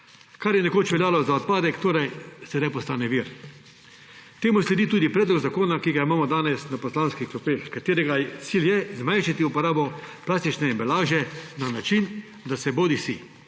kar je nekoč veljalo za odpadek, sedaj postane vir. Temu sledi tudi predlog zakona, ki ga imamo danes na poslanskih klopeh, katerega cilj je zmanjšati uporabo plastične embalaže na način, da se bodisi